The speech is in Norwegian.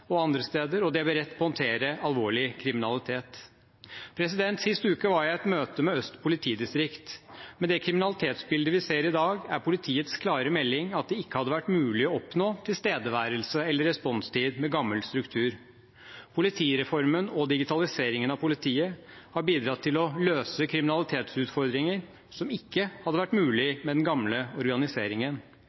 og andre steder – og de er beredt til å håndtere alvorlig kriminalitet. Sist uke var jeg i et møte med Øst politidistrikt. Med det kriminalitetsbildet vi ser i dag, er politiets klare melding at det ikke hadde vært mulig å oppnå tilstedeværelse eller responstid med gammel struktur. Politireformen og digitaliseringen av politiet har bidratt til å løse kriminalitetsutfordringer som det ikke hadde vært mulig å løse med den gamle organiseringen.